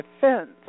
Defense